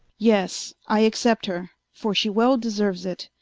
yes, i accept her, for she well deserues it,